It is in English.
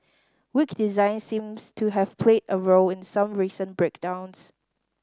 weak design seems to have played a role in some recent breakdowns